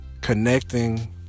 connecting